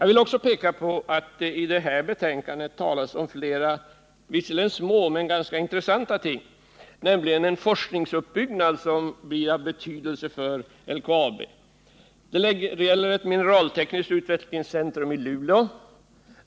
I det här betänkandet berörs flera intressanta ting, låt vara att de är små. Här talas om en forskningsuppbyggnad som blir av betydelse för LKAB. Det gäller ett mineraltekniskt utvecklingscentrum i Luleå.